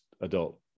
adult